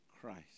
Christ